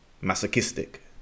masochistic